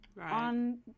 on